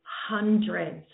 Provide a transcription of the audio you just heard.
hundreds